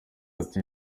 ati